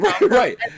Right